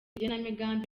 igenamigambi